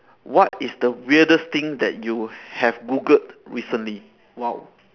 what is the weirdest thing that you have googled recently !wow!